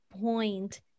point